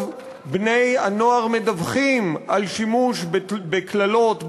בני-הנוער מדווחים על שימוש בקללות,